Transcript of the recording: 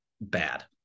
bad